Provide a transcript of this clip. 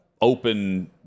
open